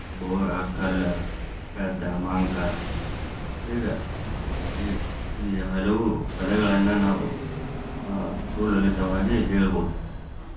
ಬೋರಾ ಕಲ್ಲು ಪೆದ್ದ ಮಂಕ ಹೀಗೆ ಈ ಈ ಹಲವು ಪದಗಳನ್ನು ನಾವು ಸುಲಲಿತವಾಗಿ ಹೇಳ್ಬೌದು